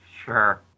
sure